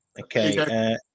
Okay